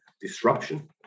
disruption